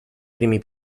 primi